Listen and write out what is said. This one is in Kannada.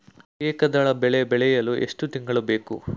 ಏಕದಳ ಬೆಳೆ ಬೆಳೆಯಲು ಎಷ್ಟು ತಿಂಗಳು ಬೇಕು?